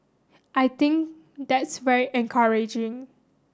I think that's very encouraging